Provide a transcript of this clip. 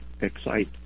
excite